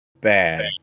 bad